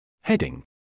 Heading